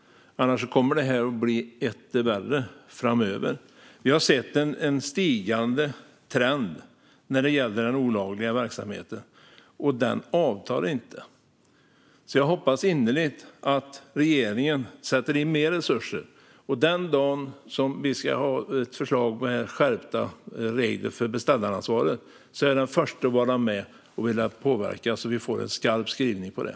Annars kommer det att bli etter värre framöver. Vi har sett en stigande trend när det gäller den olagliga verksamheten, och den avtar inte. Jag hoppas innerligt att regeringen sätter in mer resurser. Den dag vi får ett förslag om skärpta regler för beställaransvaret är jag den förste att vara med och vilja påverka, så att vi får en skrivning om det.